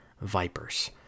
vipers